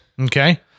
Okay